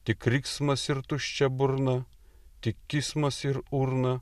tik riksmas ir tuščia burna tik kismas ir urna